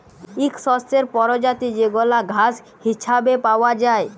ইক শস্যের পরজাতি যেগলা ঘাঁস হিছাবে পাউয়া যায়